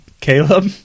Caleb